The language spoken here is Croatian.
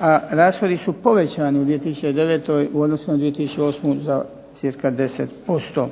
a rashodi su povećani u 2009. u odnosu na 2008. za cirka 10%.